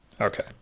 Okay